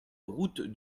route